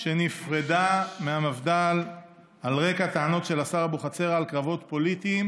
שנפרדה מהמפד"ל על רקע טענות של השר אבוחצירא על קרבות פוליטיים